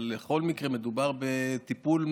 אבל בכל מקרה מדובר בטיפול,